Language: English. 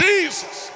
Jesus